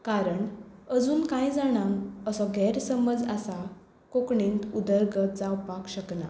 कारण आजून कांय जाणांक असो गैर समज आसा कोंकणीन उदरगत जावपाक शकना